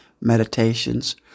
meditations